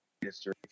history